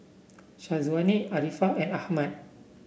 Syazwani Arifa and Ahmad